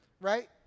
Right